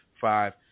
five